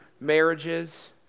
marriages